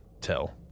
tell